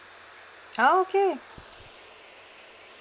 oh okay